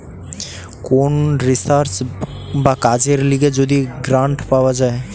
কোন রিসার্চ বা কাজের লিগে যদি গ্রান্ট পাওয়া যায়